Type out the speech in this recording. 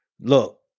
Look